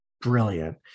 brilliant